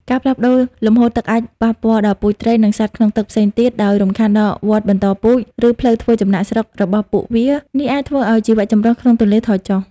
ការផ្លាស់ប្តូរលំហូរទឹកអាចប៉ះពាល់ដល់ពូជត្រី និងសត្វក្នុងទឹកផ្សេងទៀត ដោយរំខានដល់វដ្តបន្តពូជ ឬផ្លូវធ្វើចំណាកស្រុករបស់ពួកវា នេះអាចនាំឲ្យជីវៈចម្រុះក្នុងទន្លេថយចុះ។